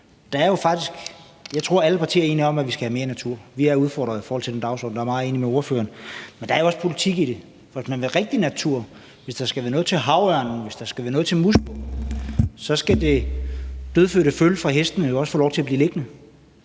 at alle partier er enige om, at vi skal have mere natur, og at vi er udfordret i forhold til den dagsorden, og der er jeg meget enig med ordføreren. Men der er jo også politik i det, for hvis man vil have rigtig natur, hvis der skal være noget til havørnen, hvis der skal være noget til musvågen, så skal det dødfødte føl fra hestene jo også få lov til at blive liggende.